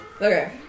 Okay